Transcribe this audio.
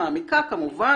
מעמיקה כמובן,